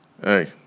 hey